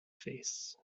face